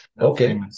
Okay